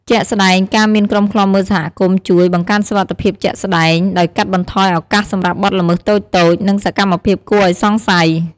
ជាក់ស្តែង ការមានក្រុមឃ្លាំមើលសហគមន៍ជួយ បង្កើនសុវត្ថិភាពជាក់ស្តែង ដោយកាត់បន្ថយឱកាសសម្រាប់បទល្មើសតូចៗ និងសកម្មភាពគួរឱ្យសង្ស័យ។